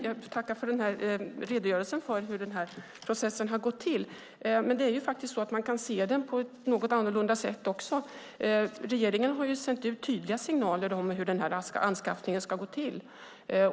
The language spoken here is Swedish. Fru talman! Jag tackar för redogörelsen för hur denna process har gått till. Men man kan faktiskt se den också på ett något annorlunda sätt. Regeringen har sänt ut tydliga signaler om hur denna anskaffning ska gå till.